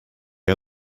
had